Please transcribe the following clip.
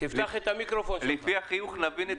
לפני כן חייבים להבין,